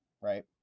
right